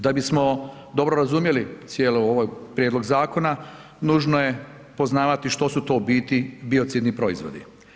Da bismo dobro razumjeli cijeli ovaj prijedlog zakona nužno je poznavati što su to u biti biocidni proizvodi.